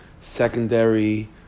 secondary